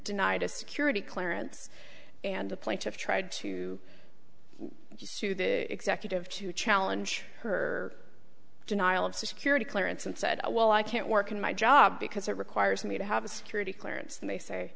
denied a security clearance and the plaintiff tried to sue the executive to challenge her denial of security clearance and said well i can't work in my job because it requires me to have a security clearance they say